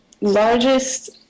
largest